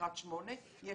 לקראת 8:00 בבוקר.